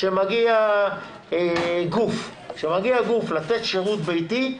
כשמגיע גוף לתת שירות ביתי,